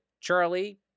Charlie